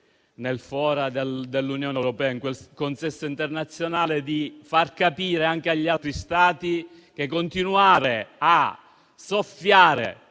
nel foro dell'Unione europea, in quel contesto internazionale, a far capire anche agli altri Stati che continuare a soffiare